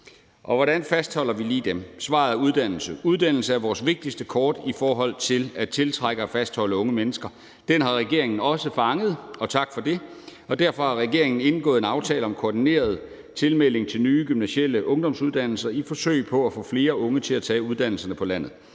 Og hvordan fastholder vi lige dem? Svaret er uddannelse. Uddannelse er vores vigtigste kort i forhold til at tiltrække og fastholde unge mennesker. Den har regeringen også fanget – og tak for det – og derfor har regeringen indgået en aftale om koordineret tilmelding til nye gymnasiale ungdomsuddannelser i et forsøg på at få flere unge til at tage uddannelserne på landet.